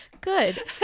good